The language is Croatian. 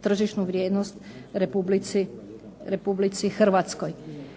tržišnu vrijednost RH. Također